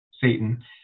Satan